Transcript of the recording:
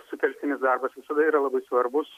sutelktinis darbas visada yra labai svarbus